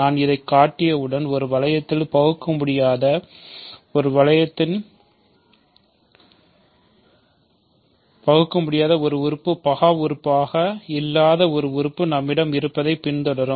நான் இதைக் காட்டியவுடன் ஒரு வளையத்தில் பகுக்க முடியாத ஒரு உறுப்பு பகா உறுப்பாக இல்லாத ஒரு உறுப்பு நம்மிடம் இருப்பதைப் பின்தொடரும்